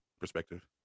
perspective